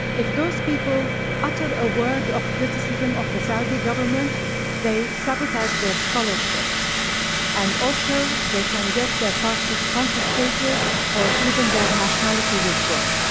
if those people utter a word of criticism of the saudi government they sabotage their scholarship and also they can get their passports confiscated or even their nationality withdrawn.